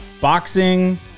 boxing